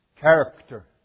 character